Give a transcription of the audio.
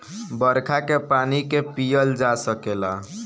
बरखा के पानी के पिअल जा सकेला